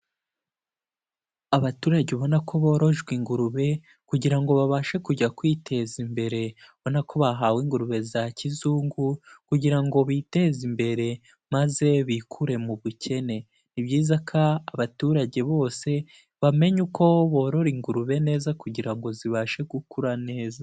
Abaturage ubona ko borojwe ingurube kugira ngo babashe kujya kwiteza imbere, ubona ko bahawe ingurube za kizungu kugira ngo biteze imbere maze bikure mu bukene; ni byiza ko abaturage bose bamenya uko borora ingurube neza, kugira ngo zibashe gukura neza.